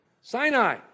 Sinai